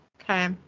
okay